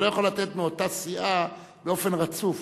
אני לא יכול לתת מאותה סיעה באופן רצוף.